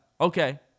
Okay